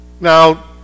Now